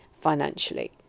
financially